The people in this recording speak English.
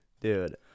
Dude